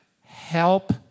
help